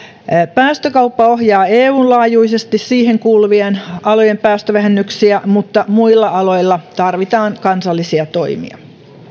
päästökauppa ohjaa eun laajuisesti siihen kuuluvien alojen päästövähennyksiä mutta muilla aloilla tarvitaan kansallisia toimia